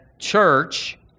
church